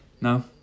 no